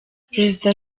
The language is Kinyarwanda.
perezida